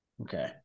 okay